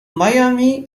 miami